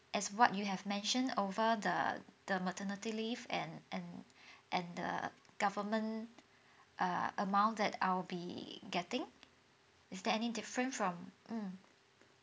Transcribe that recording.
as what you have mentioned over the the maternity leave and and and the government err amount that I'll be getting is there any different from mm